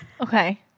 Okay